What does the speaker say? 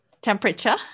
temperature